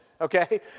Okay